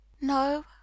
no